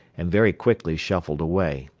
and very quickly shuffled away,